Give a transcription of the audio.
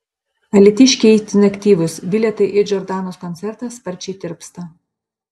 alytiškiai itin aktyvūs bilietai į džordanos koncertą sparčiai tirpsta